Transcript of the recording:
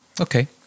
Okay